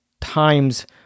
times